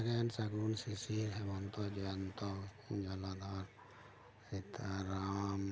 ᱥᱟᱜᱮᱱ ᱥᱟᱹᱜᱩᱱ ᱥᱤᱥᱤᱨ ᱦᱮᱢᱚᱱᱛᱚ ᱡᱚᱭᱚᱱᱛᱚ ᱡᱚᱞᱚᱫᱷᱚᱨ ᱨᱟᱢ